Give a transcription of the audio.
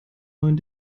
neuen